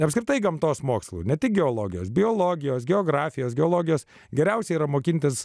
ir apskritai gamtos mokslų ne tik geologijos biologijos geografijos geologijos geriausia yra mokintis